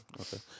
Okay